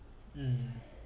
mm